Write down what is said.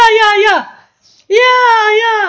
ya ya ya ya